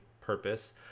purpose